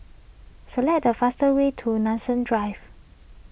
select the fastest way to Nanson Drive